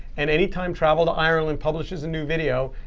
and any time traveltoireland publishes a new video,